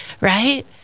right